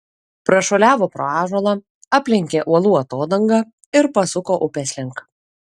prašuoliavo pro ąžuolą aplenkė uolų atodangą ir pasuko upės link